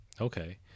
Okay